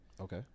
Okay